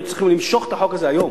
היו צריכים למשוך את החוק הזה היום.